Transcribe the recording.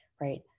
right